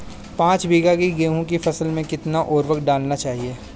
पाँच बीघा की गेहूँ की फसल में कितनी उर्वरक डालनी चाहिए?